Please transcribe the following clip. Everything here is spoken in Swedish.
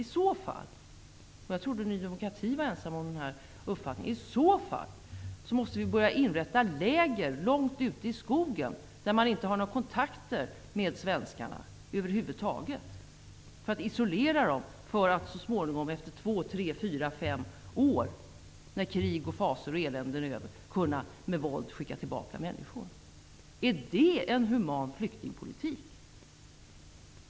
I så fall -- och jag trodde att Ny demokrati var ensamt om denna uppfattning -- måste vi börja upprätta läger långt inne i skogen, där flyktingar inte kan ha några kontakter med svenskar över huvud taget, och isolera dem för att så småningom, om 2--5 år, när krigets fasor och elände är över, kunna med våld skicka tillbaka dem. Är det en human flyktingpolitik?